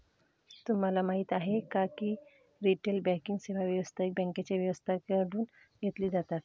तुम्हाला माहिती आहे का की रिटेल बँकिंग सेवा व्यावसायिक बँकांच्या व्यक्तींकडून घेतली जातात